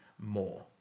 more